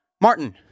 Martin